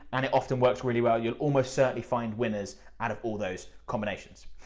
and it often works really well. you'll almost certainly find winners out of all those combinations.